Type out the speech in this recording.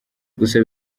gusa